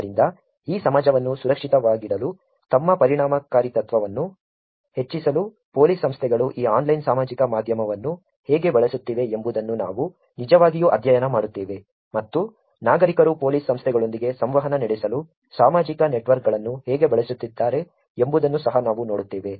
ಆದ್ದರಿಂದ ಈ ಸಮಾಜವನ್ನು ಸುರಕ್ಷಿತವಾಗಿಡಲು ತಮ್ಮ ಪರಿಣಾಮಕಾರಿತ್ವವನ್ನು ಹೆಚ್ಚಿಸಲು ಪೊಲೀಸ್ ಸಂಸ್ಥೆಗಳು ಈ ಆನ್ಲೈನ್ ಸಾಮಾಜಿಕ ಮಾಧ್ಯಮವನ್ನು ಹೇಗೆ ಬಳಸುತ್ತಿವೆ ಎಂಬುದನ್ನು ನಾವು ನಿಜವಾಗಿಯೂ ಅಧ್ಯಯನ ಮಾಡುತ್ತೇವೆ ಮತ್ತು ನಾಗರಿಕರು ಪೊಲೀಸ್ ಸಂಸ್ಥೆಗಳೊಂದಿಗೆ ಸಂವಹನ ನಡೆಸಲು ಸಾಮಾಜಿಕ ನೆಟ್ವರ್ಕ್ಗಳನ್ನು ಹೇಗೆ ಬಳಸುತ್ತಿದ್ದಾರೆ ಎಂಬುದನ್ನು ಸಹ ನಾವು ನೋಡುತ್ತೇವೆ